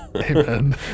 Amen